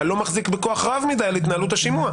לא מחזיק בכוח רב מדי על התנהלות השימוע.